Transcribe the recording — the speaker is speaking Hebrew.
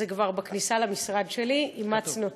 זה כבר בכניסה למשרד שלי, אימצנו.